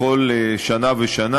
בכל שנה ושנה.